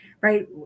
right